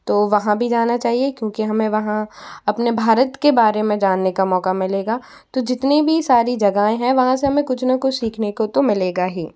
तो वहाँ भी जाना चाहिये क्योंकि हमें वहाँ अपने भारत के बारे में जानने का मौका मिलेगा तो जितनी भी सारी जगहें हैं वहाँ से हमें कुछ ना कुछ सीखने को तो मिलेगा ही